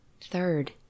Third